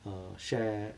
uh share